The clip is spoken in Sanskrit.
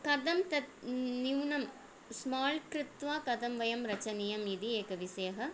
कथं तत् न्यूनं स्माल् कृत्वा कथं वयं रचनीयं इति एकविषयः